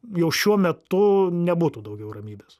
jau šiuo metu nebūtų daugiau ramybės